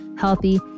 healthy